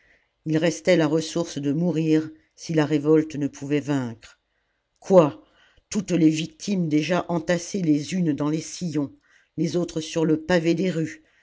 il restait la ressource de mourir si la révolte ne pouvait vaincre quoi toutes les victimes déjà entassées les uns dans les sillons les autres sur le pavé des rues